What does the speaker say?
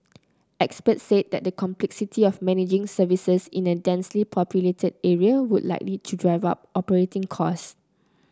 experts said the complexity of managing services in a densely populated area would likely drive up operating costs